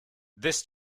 this